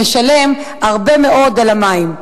נשלם הרבה מאוד על המים.